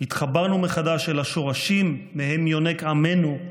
התחברנו מחדש אל השורשים שמהם יונק עמנו,